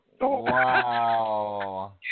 Wow